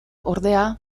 ordea